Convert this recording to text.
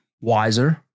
wiser